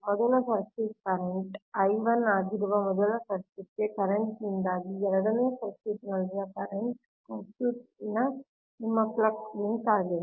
ಮೊದಲ circuit current I 1 ಆಗಿರುವ ಮೊದಲ ಸರ್ಕ್ಯೂಟ್ಗೆ ಕರೆಂಟ್ ನಿಂದಾಗಿ ಎರಡನೇ ಸರ್ಕ್ಯೂಟ್ನಲ್ಲಿನ ಕರೆಂಟ್ ಸರ್ಕ್ಯೂಟ್ ನ ನಿಮ್ಮ ಫ್ಲಕ್ಸ್ ಲಿಂಕ್ ಆಗಿದೆ